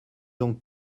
donc